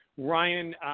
Ryan